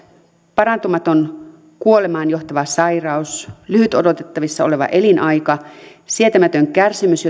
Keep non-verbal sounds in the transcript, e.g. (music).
parantumaton kuolemaan johtava sairaus lyhyt odotettavissa oleva elinaika sietämätön kärsimys (unintelligible)